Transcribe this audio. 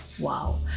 Wow